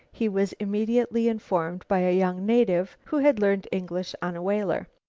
he was immediately informed by a young native who had learned english on a whaler.